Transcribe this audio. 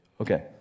Okay